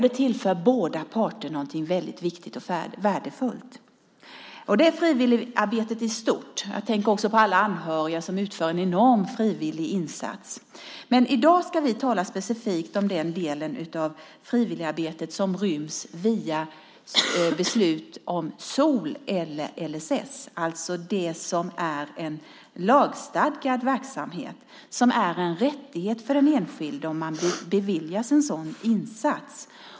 Det tillför båda parter något väldigt viktigt och värdefullt. Det är frivilligarbetet i stort. Jag tänker också på alla anhöriga som utför en enorm frivillig insats. I dag ska vi tala specifikt om den del av frivilligarbetet som ryms i beslut via SOL eller LSS, alltså det som är en lagstadgad verksamhet. Det är en rättighet för den enskilde om man beviljas en sådan insats.